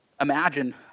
imagine